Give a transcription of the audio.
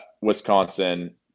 Wisconsin